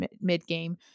mid-game